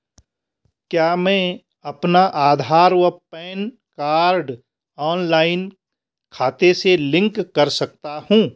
क्या मैं अपना आधार व पैन कार्ड ऑनलाइन खाते से लिंक कर सकता हूँ?